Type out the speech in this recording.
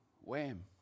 wham